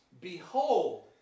Behold